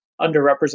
underrepresented